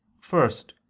first